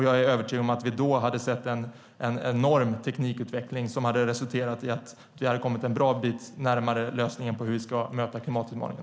Jag är övertygad om att vi då hade sett en enorm teknikutveckling som resulterat i att vi hade kommit en bra bit närmare lösningen på hur vi ska möta klimatutmaningen.